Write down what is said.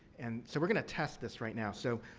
and, so, we're going to test this right now. so,